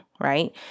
right